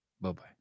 Bye-bye